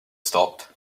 stopped